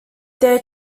their